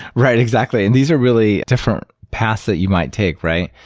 right, exactly, and these are really different paths that you might take, right?